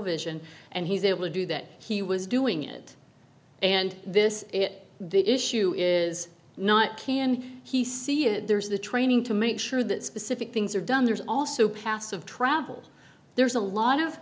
vision and he's able to do that he was doing it and this it the issue is not can he see it there's the training to make sure that specific things are done there's also passive travel there's a lot of